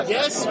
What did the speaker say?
Yes